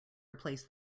replace